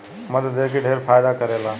मध देह के ढेर फायदा करेला